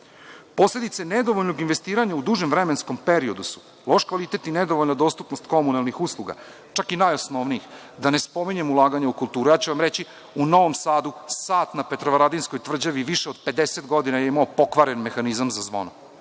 Posledice nedovoljnog investiranja u dužem vremenskom periodu su loš kvalitet i nedovoljna dostupnost komunalnih usluga, čak i najosnovnijih, a da ne spominjem ulaganja u kulturu. Ja ću vam reći, u Novom Sadu sat na Petrovaradinskoj tvrđavi više od 50 godina je imao pokvaren mehanizam za zvono,